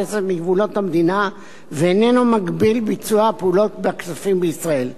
הכסף מגבולות המדינה ואיננו מגביל ביצוע פעולות בכספים בישראל.